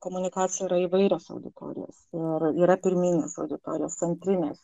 komunikacija yra įvairios auditorijos ir yra pirminės auditorijos centrinės